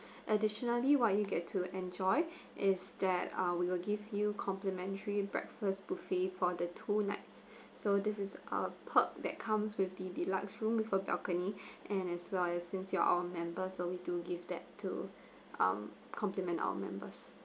additionally what you get to enjoy is that err we will give you complimentary breakfast buffet for the two nights so this is our perk that comes with the deluxe room with a balcony and as well as since you are our members so we do give that to um compliment our members